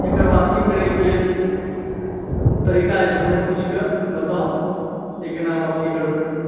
एकर आपसी करयके लेल तरीका जे छै कोनो पूछिकऽ बताउ जे केना आपसी करबै